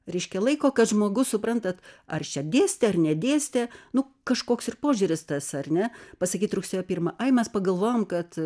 raiškia laiko kad žmogus suprantat ar jis čia dėstė ar nedėstė nu kažkoks ir požiūris tas ar ne pasakyti rugsėjo pirmą ai mes pagalvojom kad